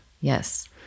Yes